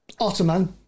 Otterman